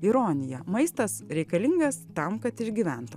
ironija maistas reikalingas tam kad išgyventum